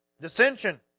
dissension